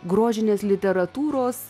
grožinės literatūros